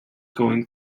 going